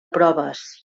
proves